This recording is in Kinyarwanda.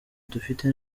dufite